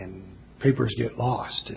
and papers get lost